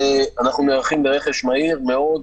אנחנו נערכים לרכש מהיר מאוד,